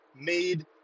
made